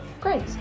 Great